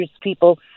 people